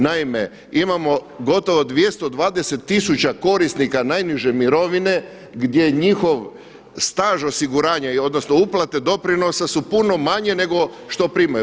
Naime, imamo gotovo 220 tisuća korisnika najniže mirovine gdje njihov staž i osiguranje, odnosno uplate doprinosa su puno manje nego što primaju.